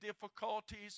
difficulties